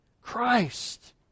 Christ